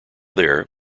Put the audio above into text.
there